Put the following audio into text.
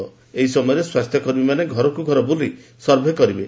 ଏହି ସଟ୍ଡାଉନ ସମୟରେ ସ୍ୱାସ୍ଥ୍ୟକର୍ମୀମାନେ ଘରକୁ ଘର ବୁଲି ସର୍ଭେ କରିବେ